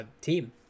team